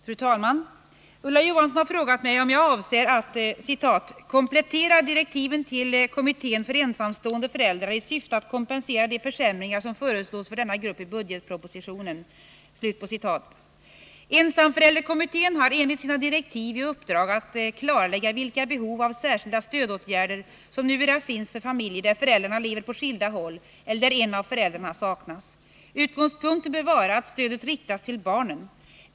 Fru talman! Ulla Johansson har frågat mig om jag avser att komplettera direktiven till kommittén för ensamstående föräldrar ”i syfte att kompensera de försämringar som föreslås för denna grupp i budgetpropositionen”. Ensamförälderkommittén har enligt sina direktiv i uppdrag att klarlägga vilka behov av särskilda stödåtgärder som numera finns för familjer där föräldrarna lever på skilda håll eller där en av föräldrarna saknas. Utgångspunkten bör vara att stödet riktas till barnen.